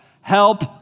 Help